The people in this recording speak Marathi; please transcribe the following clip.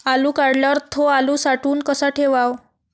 आलू काढल्यावर थो आलू साठवून कसा ठेवाव?